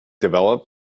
develop